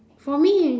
for me is